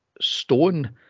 stone